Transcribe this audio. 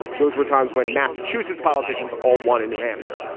those were times when massachusetts politicians all won in new hampshire.